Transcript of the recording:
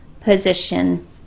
position